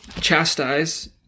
chastise